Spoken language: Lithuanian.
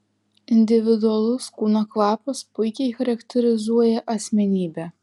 individualus kūno kvapas puikiai charakterizuoja asmenybę